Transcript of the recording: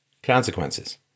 consequences